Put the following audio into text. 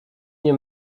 nie